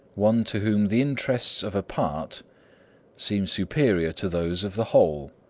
one to whom the interests of a part seem superior to those of the whole.